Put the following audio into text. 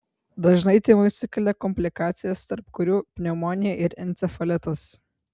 dažnai tymai sukelia komplikacijas tarp kurių pneumonija ir encefalitas